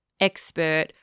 expert